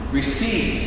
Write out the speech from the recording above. receive